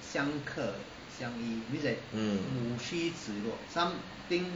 mm